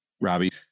Robbie